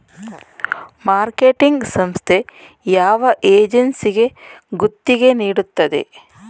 Marketing ಸಂಸ್ಥೆ ಯಾವ ಏಜೆನ್ಸಿಗೆ ಗುತ್ತಿಗೆ ನೀಡುತ್ತದೆ?